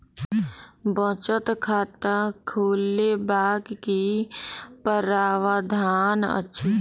बचत खाता खोलेबाक की प्रावधान अछि?